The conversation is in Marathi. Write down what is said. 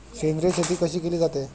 सेंद्रिय शेती कशी केली जाते?